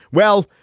well,